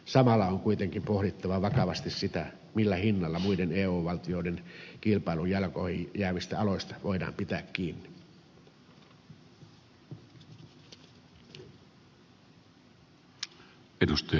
samalla on kuitenkin pohdittava vakavasti sitä millä hinnalla muiden eu valtioiden kilpailun jalkoihin jäävistä aloista voidaan pitää kiinni